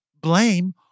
Blame